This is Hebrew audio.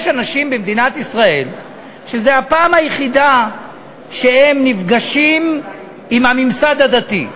יש אנשים במדינת ישראל שזו הפעם היחידה שהם נפגשים עם הממסד הדתי,